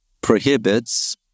prohibits